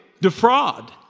Defraud